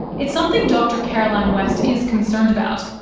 it's something dr caroline west is concerned about.